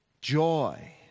joy